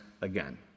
again